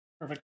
Perfect